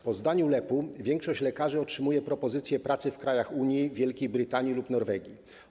Po zdaniu LEP-u większość lekarzy otrzymuje propozycję pracy w krajach Unii, Wielkiej Brytanii lub Norwegii.